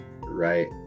Right